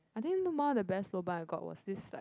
I think one of the best lobang I got was this like